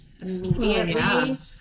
immediately